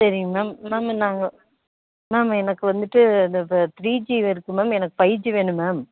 சரிங்க ma'am ma'am நாங்கள் ma'am எனக்கு வந்துட்டு இ இ த்ரீ ஜி இருக்கும் மேம் எனக்கு ஃபைவ் ஜி வேணும் மேம்